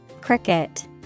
Cricket